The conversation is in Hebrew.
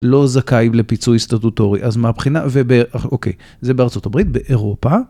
לא זכאי לפיצוי סטטוטורי, אז מהבחינה, וב... אוקי. זה בארה״ב, באירופה.